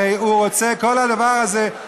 הרי כל הדבר הזה,